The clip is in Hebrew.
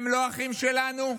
הם לא אחים שלנו?